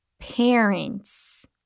parents